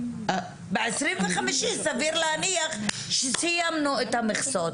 ב-25 סביר להניח שסיימנו את המכסות,